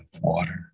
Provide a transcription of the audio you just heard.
water